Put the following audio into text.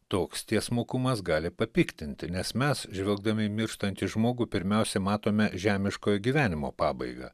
toks tiesmukumas gali papiktinti nes mes žvelgdami į mirštantį žmogų pirmiausiai matome žemiškojo gyvenimo pabaigą